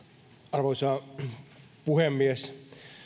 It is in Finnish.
arvoisa puhemies